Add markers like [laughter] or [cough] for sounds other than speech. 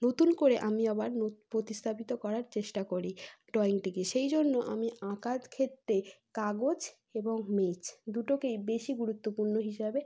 নতুন করে আমি আবার [unintelligible] প্রতিস্থাপিত করার চেষ্টা করি ড্রয়িংটিকে সেই জন্য আমি আঁকার ক্ষেত্রে কাগজ এবং মেঝে দুটোকেই বেশি গুরুত্বপূর্ণ হিসাবে